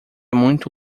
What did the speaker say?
muito